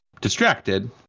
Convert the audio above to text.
distracted